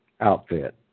outfit